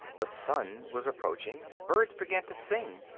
the sun was approaching. birds began to sing.